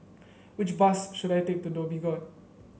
which bus should I take to Dhoby Ghaut